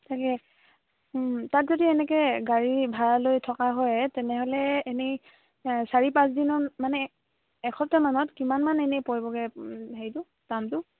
তাকে তাত যদি এনেকৈ গাড়ী ভাড়া লৈ থকা হয় তেনেহ'লে এনেই চাৰি পাঁচ দিনত মানে এসপ্তাহমানত কিমানমান এনেই পৰিবগৈ হেৰিটো দামটো